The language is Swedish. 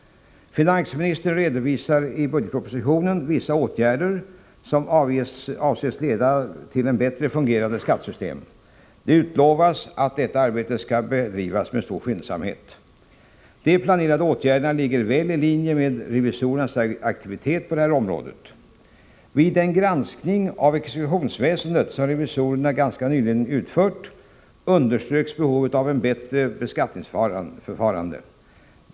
Finansministern redovisar i budgetpropositionen vissa åtgärder som avses leda till ett bättre fungerande skattesystem. Det utlovas att detta arbete skall bedrivas med stor skyndsamhet. De planerade åtgärderna ligger väl i linje med revisorernas aktivitet på detta område. Vid den granskning av exekutionsväsendet som revisorerna ganska nyligen utfört underströks behovet av ett bättre beskattningsförfaran de.